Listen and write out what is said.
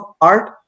art